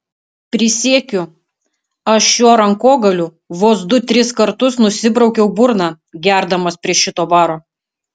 prisiekiu aš šiuo rankogaliu vos du tris kartus nusibraukiau burną gerdamas prie šito baro